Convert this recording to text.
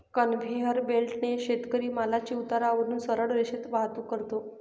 conveyor बेल्टने शेतकरी मालाची उतारावरून सरळ रेषेत वाहतूक करतो